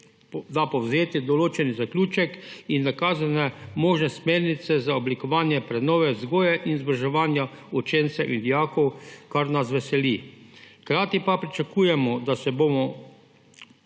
da povzeti določeni zaključek, in dokazane možne smernice za oblikovanje prenove vzgoje in izobraževanja učencev in dijakov, kar nas veseli. Hkrati pa pričakujemo, da se bo